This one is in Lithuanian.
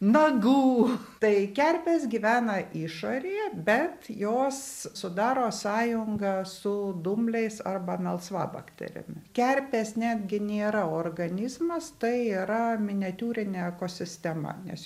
nagų tai kerpės gyvena išorėje bet jos sudaro sąjungą su dumbliais arba melsvabakterėm kerpės netgi nėra organizmas tai yra miniatiūrinė ekosistema nes